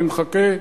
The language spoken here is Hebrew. אני מחכה,